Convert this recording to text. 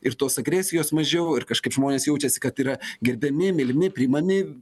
ir tos agresijos mažiau ir kažkaip žmonės jaučiasi kad yra gerbiami mylimi priimami